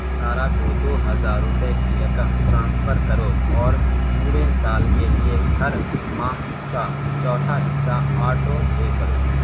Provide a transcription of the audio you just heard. سارہ کو دو ہزار روپے کی رقم ٹرانسفر کرو اور پورے سال کے لیے ہر ماہ اس کا چوتھا حصہ آٹو پے کرو